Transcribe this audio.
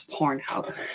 Pornhub